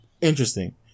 interesting